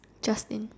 Justin